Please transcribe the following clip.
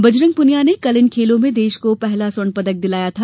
बजरंग पूनिया ने कल इन खेलों में देश को पहला स्वर्ण पदक दिलाया था